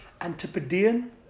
Antipodean